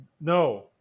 no